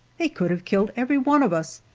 they could have killed every one of us,